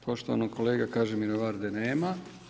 Poštovanog kolege Kažimira Varde nema.